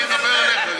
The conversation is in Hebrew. מה נשאר לך עוד לדבר?